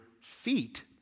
feet